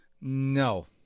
No